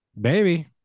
baby